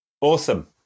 Awesome